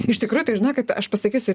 iš tikrųjų tai žinokit aš pasakysiu